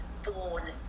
born